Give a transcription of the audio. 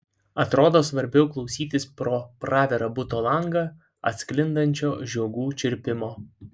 atrodo svarbiau klausytis pro pravirą buto langą atsklindančio žiogų čirpimo